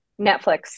Netflix